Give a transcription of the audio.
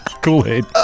Kool-Aid